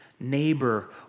neighbor